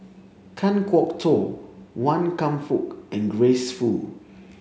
Kan Kwok Toh Wan Kam Fook and Grace Fu